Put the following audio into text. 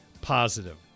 positive